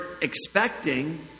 expecting